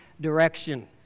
direction